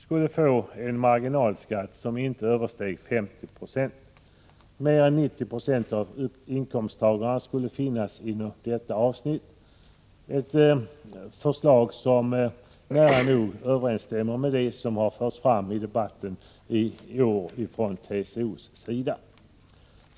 skulle få en marginalskatt som inte översteg 50 20. Mer än 90 90 av inkomsttagarna skulle finnas under denna gräns. Detta är ett förslag som nära överensstämmer med det som i år förts fram i debatten från TCO:s sida.